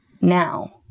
Now